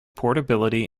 portability